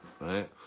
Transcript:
right